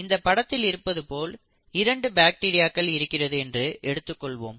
இந்த படத்தில் இருப்பது போல் இரண்டு பாக்டீரியாக்கள் இருக்கிறது என்று எடுத்துக் கொள்வோம்